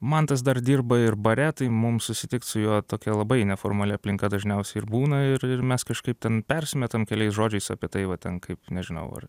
mantas dar dirba ir bare tai mums susitikt su juo tokia labai neformali aplinka dažniausiai ir būna ir ir mes kažkaip ten persimetam keliais žodžiais apie tai va ten kaip nežinau ar